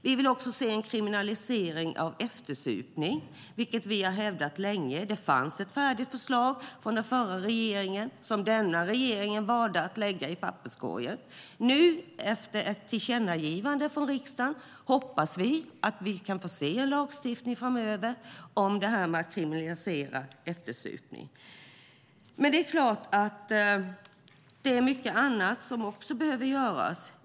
Vi vill också se en kriminalisering av eftersupning, ett behov som vi har hävdat länge. Det fanns ett färdigt förslag från den förra regeringen som denna regering valde att lägga i papperskorgen. Nu, efter ett tillkännagivande från riksdagen, hoppas vi att vi kan få se en lagstiftning framöver som kriminaliserar eftersupning. Det är också mycket annat som behöver göras.